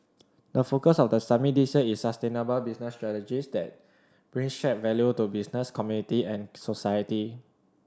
the focus of the summit this year is sustainable business strategies that bring shared value to business community and society